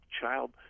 child